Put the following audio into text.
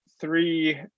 three